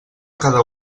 cada